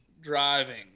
driving